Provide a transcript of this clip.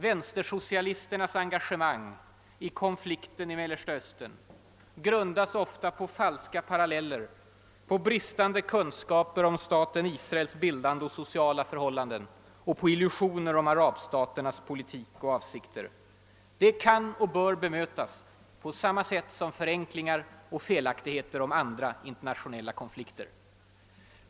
Vänstersocialisternas engagemang i konflikten i Mellanöstern grundas ofta på falska paralleller, på bristande kunskaper om staten Israels bildande och sociala förhållanden samt på illusioner om arabstaternas politik och avsikter. De frågorna kan och bör bedömas på samma sätt som förenklingar och felaktigheter om andra internationella konflikter.